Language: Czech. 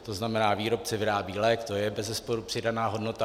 To znamená, výrobce vyrábí lék, to je bezesporu přidaná hodnota.